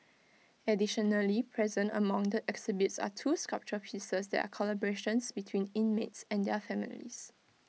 additionally present among the exhibits are two sculpture pieces that are collaborations between inmates and their families